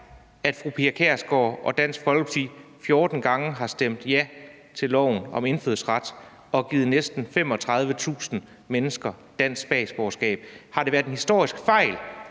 at fru Pia Kjærsgaard og Dansk Folkeparti 14 gange har stemt ja til loven om indfødsrets meddelelse og givet næsten 35.000 mennesker dansk statsborgerskab. Har det været en historisk fejl,